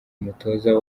umutoza